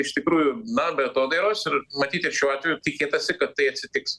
iš tikrųjų na be atodairos ir matyt ir šiuo atveju tikėtasi kad tai atsitiks